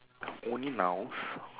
only nouns